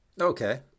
Okay